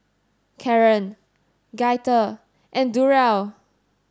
Caron Gaither and Durell